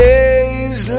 Days